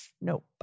Nope